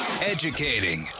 Educating